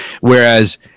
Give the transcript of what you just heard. whereas